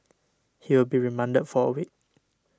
he will be remanded for a week